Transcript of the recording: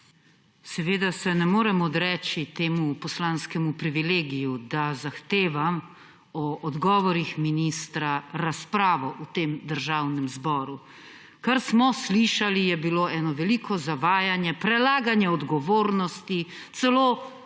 Seveda se ne morem odreči temu poslanskemu privilegiju, da zahtevam o odgovorih ministra razpravo v Državnem zboru. Kar smo slišali, je bilo eno veliko zavajanje, prelaganje odgovornosti celo